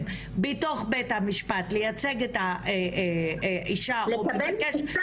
בתוך בית המשפט לייצג את האישה --- לקבל את הצו,